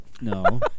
No